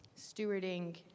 stewarding